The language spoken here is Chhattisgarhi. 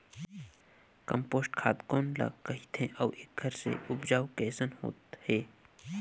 कम्पोस्ट खाद कौन ल कहिथे अउ एखर से उपजाऊ कैसन होत हे?